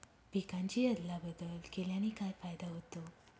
पिकांची अदला बदल केल्याने काय फायदा होतो?